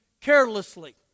carelessly